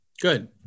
Good